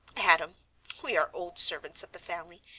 adam, we are old servants of the family,